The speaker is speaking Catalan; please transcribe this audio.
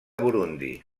burundi